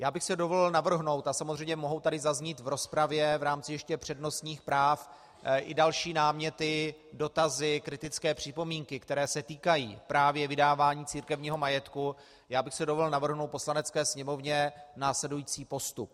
Já bych si dovolil navrhnout a samozřejmě mohou tady zaznít v rozpravě v rámci ještě přednostních práv i další náměty, dotazy, kritické připomínky, které se týkají právě vydávání církevního majetku Poslanecké sněmovně následující postup.